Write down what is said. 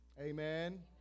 Amen